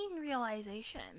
realization